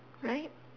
right